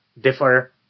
differ